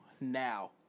Now